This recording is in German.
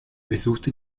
besuchte